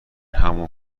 همون